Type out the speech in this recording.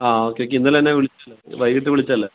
ആ ഓക്കെ ഒക്കെ ഇന്നലെ എന്നെ വിളിച്ചതല്ലേ വൈകിട്ട് വിളിച്ചതല്ലേ